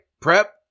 Prep